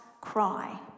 cry